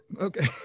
okay